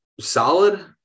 solid